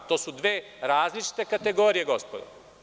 To su dve različite kategorije, gospodo.